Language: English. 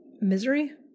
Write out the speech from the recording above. Misery